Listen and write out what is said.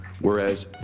Whereas